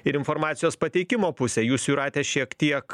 ir informacijos pateikimo pusę jūs jūratę šiek tiek